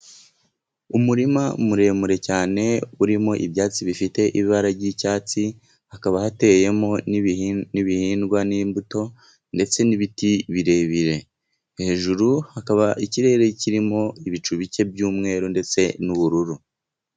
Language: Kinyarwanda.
Umurima muremure cyane urimo ibyatsi bifite ibara ry' icyatsi, hakaba hateyemo n' ibihingwa, n' imbuto ndetse n' ibiti birebire, hejuru hakaba ikirere kirimo ibicu bike by' umweru ndetse n' ubururu.